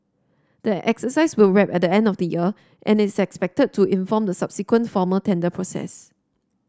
the exercise will wrap at the end of the year and is expected to inform the subsequent formal tender process